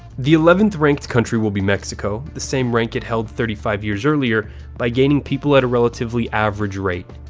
the eleventh ranked country will be mexico, the same rank it held thirty five years earlier by gaining people at a relatively average rate.